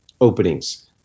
openings